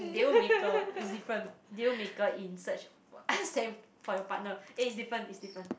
deal maker is different deal maker in search same for your partner eh it's different it's different